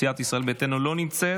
סיעת ישראל ביתנו לא נמצאת.